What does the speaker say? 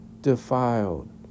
defiled